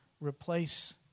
replace